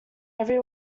every